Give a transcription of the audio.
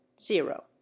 zero